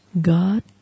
God